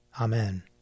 Amen